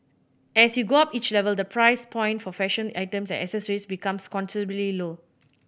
as you go up each level the price point for fashion items and accessories becomes considerably low